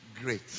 great